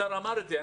השר אמר את זה.